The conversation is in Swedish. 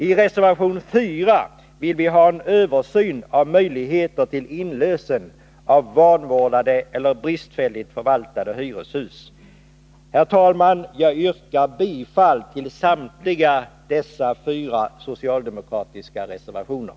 : I reservation 4 vill vi ha en översyn av möjligheter till inlösen av vanvårdade eller bristfälligt förvaltade hyreshus. Herr talman! Jag yrkar bifall till samtliga dessa fyra socialdemokratiska reservationer.